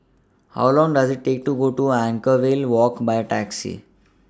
How Long Does IT Take to get to Anchorvale Walk By Taxi